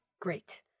great